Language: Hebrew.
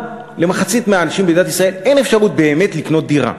למחצית מהאנשים במדינת ישראל אין אפשרות באמת לקנות דירה,